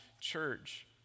church